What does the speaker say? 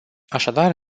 așadar